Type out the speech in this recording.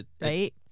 right